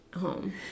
home